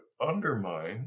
undermine